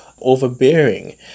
overbearing